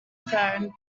phone